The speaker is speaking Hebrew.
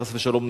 חס ושלום,